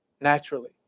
naturally